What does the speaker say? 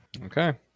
Okay